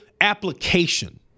application